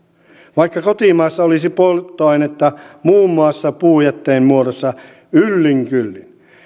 vaikka kotimaassa olisi polttoainetta muun muassa puujätteen muodossa yllin kyllin